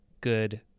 good